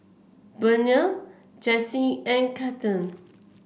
Burnell Jessy and Cathern